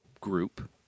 group